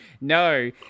No